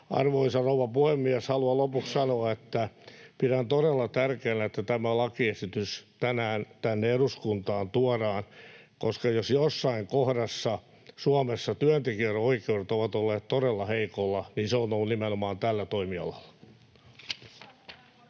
Arvoisa rouva puhemies! Haluan lopuksi sanoa, että pidän todella tärkeänä, että tämä lakiesitys tänään tänne eduskuntaan tuodaan, koska jos jossain kohdassa Suomessa työntekijän oikeudet ovat olleet todella heikoilla, niin se on ollut nimenomaan tällä toimialalla.